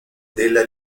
della